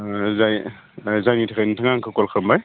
जाय जायनि थाखाय नोंथाङा आंखौ कल खालामबाय